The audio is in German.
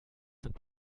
sind